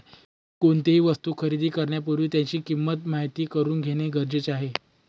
कोणतीही वस्तू खरेदी करण्यापूर्वी तिची किंमत माहित करून घेणे गरजेचे आहे